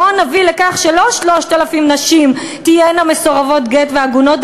בואו נביא לכך שלא תהיינה 3,000 נשים מסורבות גט ועגונות.